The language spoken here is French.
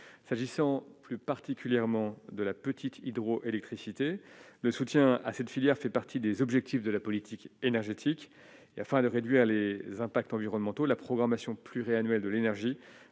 s'agissant plus particulièrement de la petite hydroélectricité de soutien à cette filière, fait partie des objectifs de la politique énergétique et afin de réduire les impacts environnementaux, la programmation pluriannuelle de l'énergie